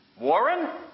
Warren